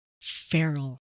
feral